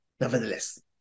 nevertheless